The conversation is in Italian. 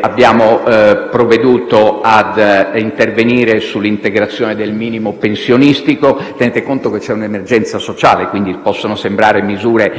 Abbiamo provveduto a intervenire sull'integrazione del minimo pensionistico. Tenete conto che vi è un'emergenza sociale: possono sembrare misure